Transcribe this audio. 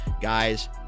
Guys